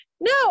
no